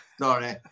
Sorry